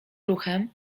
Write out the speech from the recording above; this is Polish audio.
ruchem